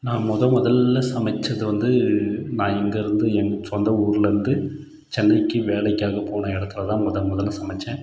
நான் முத முதல்ல சமைத்தது வந்து நான் இங்கேயிருந்து என் சொந்த ஊர்லேருந்து சென்னைக்கு வேலைக்காக போன இடத்துல தான் முத முதல்ல சமைத்தேன்